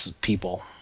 people